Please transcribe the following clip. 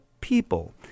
people